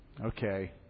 Okay